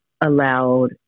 allowed